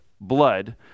blood